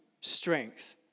strength